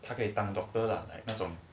它可以当 doctor lah like 那种